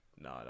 No